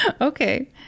Okay